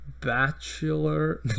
bachelor